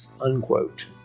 unquote